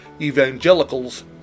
evangelicals